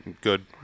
good